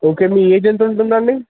okay మీ age ఎంత ఉంటుంది అండి